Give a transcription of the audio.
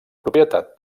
propietat